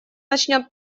начнет